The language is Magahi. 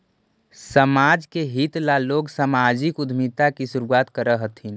समाज के हित ला लोग सामाजिक उद्यमिता की शुरुआत करअ हथीन